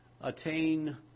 attain